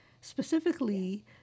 specifically